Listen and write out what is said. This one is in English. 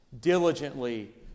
diligently